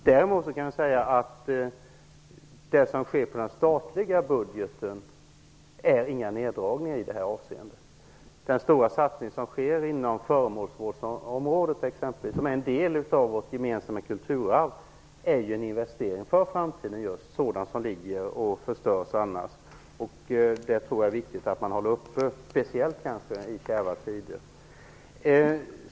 Däremot kan jag säga att det som sker inom den statliga budgeten inte innebär några neddragningar. Den stora satsning som sker inom föremålsområdet, som ju är en del av vårt gemensamma kulturarv, är en investering för framtiden. Det gäller sådant som annars förstörs. Det är en viktig investering, speciellt i kärva ekonomiska tider.